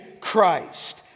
Christ